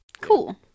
Cool